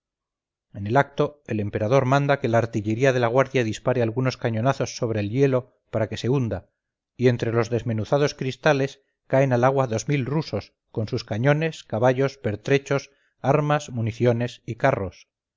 en el acto el emperador manda que la artillería de la guardia dispare algunos cañonazos sobre el hielo para que se hunda y entre los desmenuzados cristales caen al agua dos mil rusos con sus cañones caballos pertrechos armas municiones y carros